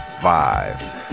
five